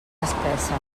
espessa